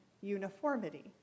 uniformity